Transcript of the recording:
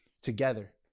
Together